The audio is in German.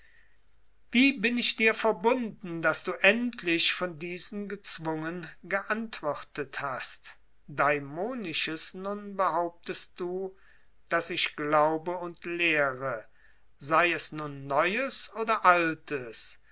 wie bin ich dir verbunden daß du endlich von diesen gezwungen geantwortet hast daimonisches nun behauptest du daß ich glaube und lehre sei es nun neues oder altes